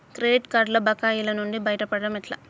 Credit కార్డుల బకాయిల నుండి బయటపడటం ఎట్లా?